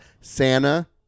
Santa